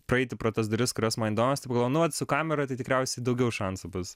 praeiti pro tas duris kurios man įdomios tai pagalvojau nu vat su kamera tai tikriausiai daugiau šansų bus